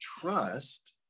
trust